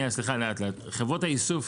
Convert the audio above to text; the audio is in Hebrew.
חברות האיסוף